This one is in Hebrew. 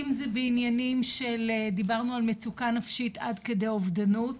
אם זה בעניינים של דיברנו על מצוקה נפשית עד כדי אובדנות